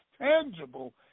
tangible